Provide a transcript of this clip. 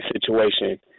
situation